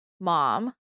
mom